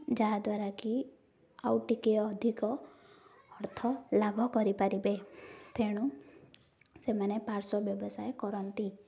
ଯାହାଦ୍ୱାରା କି ଆଉ ଟିକେ ଅଧିକ ଅର୍ଥ ଲାଭ କରିପାରିବେ ତେଣୁ ସେମାନେ ପାର୍ଶ୍ଵ ବ୍ୟବସାୟ କରନ୍ତି